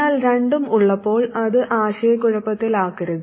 എന്നാൽ രണ്ടും ഉള്ളപ്പോൾ അത് ആശയക്കുഴപ്പത്തിലാക്കരുത്